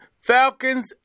falcons